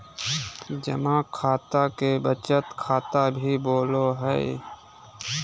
जमा खाता के बचत खाता भी बोलो हइ